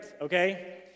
okay